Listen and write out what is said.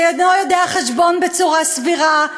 שאינו יודע חשבון בצורה סבירה,